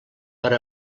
per